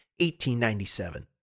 $18.97